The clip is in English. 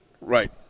Right